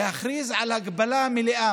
להכריז על הגבלה מלאה.